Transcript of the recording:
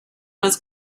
was